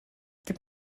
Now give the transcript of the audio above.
gib